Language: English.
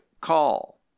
call